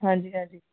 ਹਾਂਜੀ ਹਾਂਜੀ